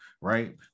right